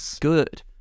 good